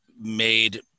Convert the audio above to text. made